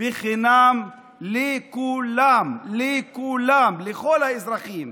חינם לכולם, לכולם, לכל האזרחים.